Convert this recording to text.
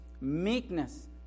meekness